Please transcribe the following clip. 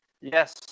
Yes